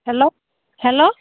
hello hello